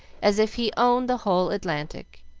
as if he owned the whole atlantic.